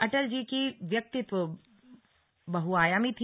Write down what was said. अटल जी का व्यक्तिव बहुआयामी था